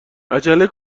عجله